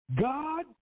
God